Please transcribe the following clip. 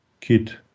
kid